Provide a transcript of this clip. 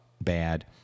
bad